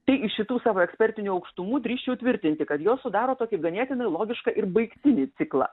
tai iš šitų savo ekspertinių aukštumų drįsčiau tvirtinti kad jos sudaro tokį ganėtinai logišką ir baigtinį ciklą